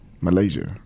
Malaysia